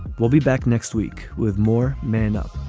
we'll be back next week with more man up